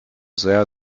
sehr